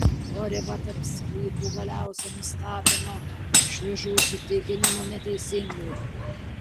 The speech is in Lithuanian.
o riba tarp sklypų galiausiai nustatoma šliužų įsitikinimu neteisingai